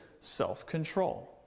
self-control